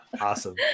Awesome